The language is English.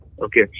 Okay